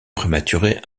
prématurée